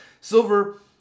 Silver